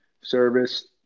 service